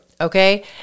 Okay